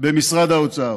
במשרד האוצר.